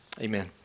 Amen